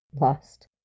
Lost